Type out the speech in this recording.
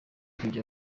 kujya